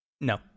No